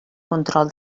control